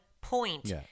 point